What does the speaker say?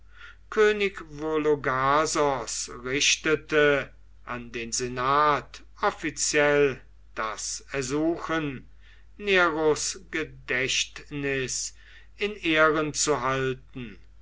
könig vologasos richtete an den senat offiziell das ersuchen neros gedächtnis in ehren zu halten